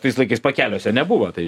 tais laikais pakeliuose nebuvo tai